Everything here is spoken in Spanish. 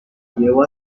llevó